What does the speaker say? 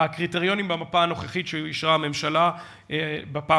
הקריטריונים במפה הנוכחית שאישרה הממשלה בפעם